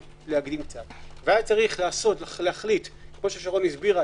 היה צריך להחליט - כפי ששרון הסבירה,